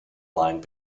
line